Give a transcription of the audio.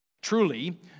truly